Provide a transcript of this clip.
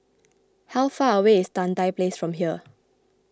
how far away is Tan Tye Place from here